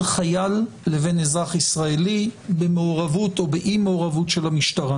חייל לבין אזרח ישראלי במעורבות/באי-מעורבות של המשטרה?